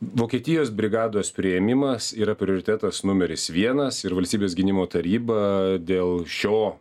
vokietijos brigados priėmimas yra prioritetas numeris vienas ir valstybės gynimo taryba dėl šio